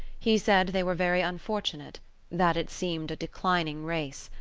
he said they were very unfortunate that it seemed a declining race,